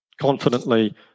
confidently